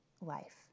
life